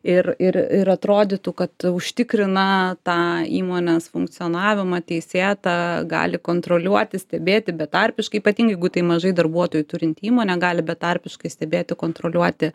ir ir ir atrodytų kad užtikrina tą įmonės funkcionavimą teisėtą gali kontroliuoti stebėti betarpiškai ypatingai jeigu tai mažai darbuotojų turinti įmonė gali betarpiškai stebėti kontroliuoti